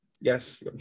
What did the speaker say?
Yes